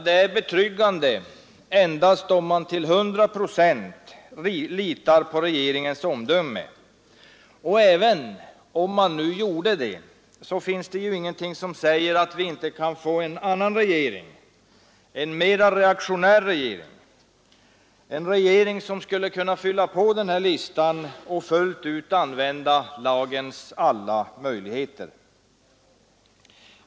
Det är betryggande endast om man till 100 procent litar på regeringens omdöme. Och även om man gjorde det, finns det ju ingenting som säger att vi inte kan få en annan, mera reaktionär regering, som skulle kunna fylla på den här listan och fullt ut använda lagens alla möjligheter.